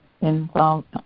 involved